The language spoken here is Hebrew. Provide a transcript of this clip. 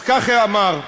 אז כך הוא אמר: